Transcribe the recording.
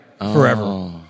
forever